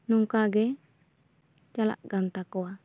ᱱᱚᱝᱠᱟ ᱜᱮ ᱪᱟᱞᱟᱜ ᱠᱟᱱ ᱛᱟᱠᱚᱭᱟ